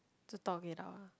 to talk it out